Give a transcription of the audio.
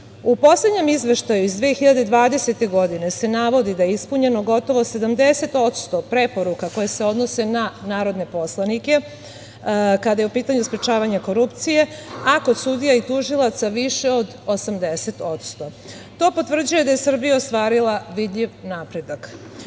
poslednjem Izveštaju iz 2020. godine se navodi da je ispunjeno gotovo 70% preporuka koje se odnose na narodne poslanike, kada je u pitanju sprečavanje korupcije, ako kod sudija i tužilaca više od 80%. To potvrđuje da je Srbija ostvarila vidljiv napredak. Od